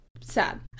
Sad